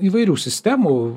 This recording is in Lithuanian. įvairių sistemų